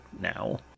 now